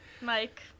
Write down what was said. mike